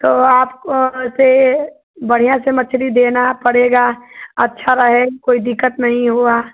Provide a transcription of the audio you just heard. तो आपको वहाँ से बढ़िया से मछली देना पड़ेगा अच्छा रहे कोई दिक्कत नहीं होगा